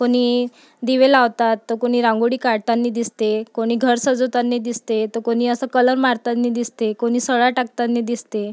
कोणी दिवे लावतात तर कुणी रांगोळी काढतानी दिसते कोणी घर सजवतानी दिसते तर कोणी असं कलर मारतानी दिसते कोणी सडा टाकतानी दिसते